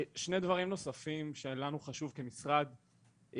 שני דברים נוספים שלנו חשובים כמשרד,